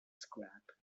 scrap